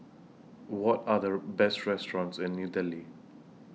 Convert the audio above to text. What Are The Best restaurants in New Delhi